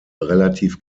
relativ